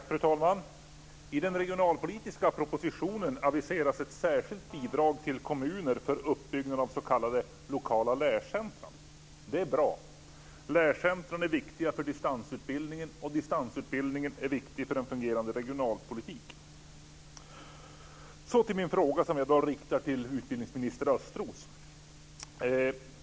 Fru talman! I den regionalpolitiska propositionen aviseras ett särskilt bidrag till kommuner för uppbyggnad av s.k. lokala lärcentrum. Det är bra. Lärcentrum är viktiga för distansutbildningen, och distansutbildningen är viktig för en fungerande regionalpolitik. Så till min fråga som jag riktar till utbildningsminister Östros.